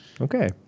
Okay